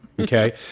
Okay